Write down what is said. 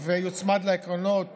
ויוצמד לעקרונות